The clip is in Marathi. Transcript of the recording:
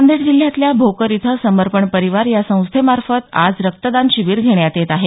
नांदेड जिल्ह्यातल्या भोकर इथं समर्पण परिवार या संस्थेमार्फत आज रक्तदान शिबीर घेण्यात येत आहे